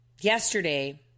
Yesterday